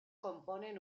componen